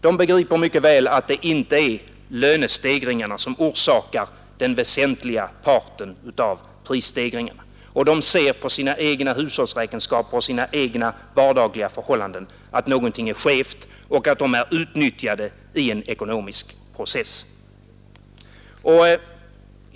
De begriper mycket väl att det inte är lönestegringarna som orsakar den väsentliga parten av prisstegringen och de ser på sina egna hushållsräkenskaper och sina egna vardagliga förhållanden att någonting är skevt och att de är utnyttjade i en ekonomisk process.